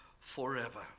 forever